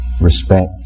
respect